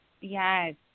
Yes